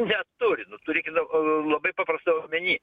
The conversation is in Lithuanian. neturi nu tu reikia tau u labai paprastai omeny